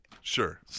Sure